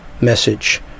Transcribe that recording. message